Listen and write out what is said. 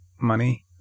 money